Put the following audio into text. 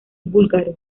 búlgaro